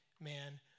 man